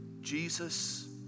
jesus